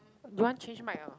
you want change mic or not